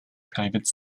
private